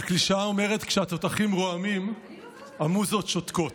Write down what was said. הקלישאה אומרת: כשהתותחים רועמים המוזות שותקות.